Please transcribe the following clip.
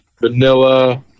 vanilla